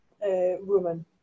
woman